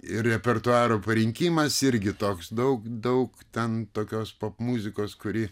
ir repertuaro parinkimas irgi toks daug daug ten tokios popmuzikos kuri